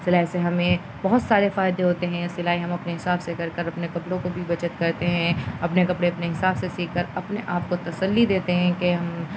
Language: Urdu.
سلائی سے ہمیں بہت سارے فائدے ہوتے ہیں سلائی ہم اپنے حساب سے کر کر اپنے کپڑوں کو بھی بچت کرتے ہیں اپنے کپڑے اپنے حساب سے سیکھ کر اپنے آپ کو تسلی دیتے ہیں کہ ہم